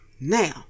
Now